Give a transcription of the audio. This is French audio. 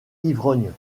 ivrogne